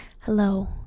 hello